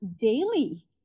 daily